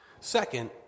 second